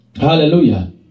Hallelujah